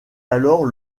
alors